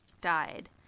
died